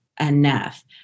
enough